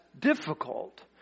difficult